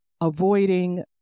avoiding